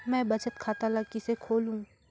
मैं बचत खाता ल किसे खोलूं?